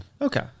Okay